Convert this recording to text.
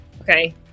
Okay